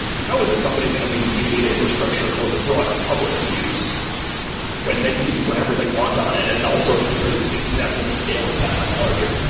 how is a company going to maintain data infrastructure for the broader public to use when they can do whatever they want on it and all sorts of crazy things that happen and the scale is that much larger?